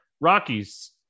Rockies